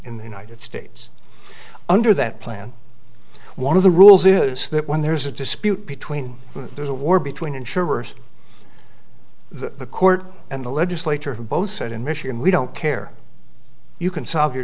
in the united states under that plan one of the rules is that when there's a dispute between there's a war between insurers the court and the legislature have both said in michigan we don't care you can solve your